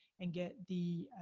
and get the